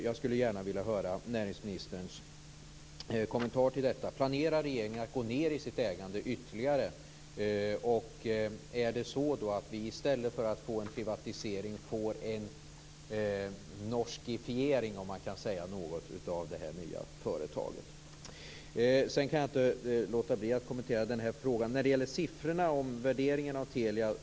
Jag skulle gärna vilja höra näringsministerns kommentar till detta. Planerar regeringen att minska sitt ägande ytterligare? Är det så att vi i stället för en privatisering får något av en "norskifiering" av det nya företaget? Sedan kan jag inte låta bli att kommentera frågan om siffrorna vad gäller värderingen av Telia.